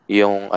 yung